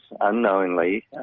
unknowingly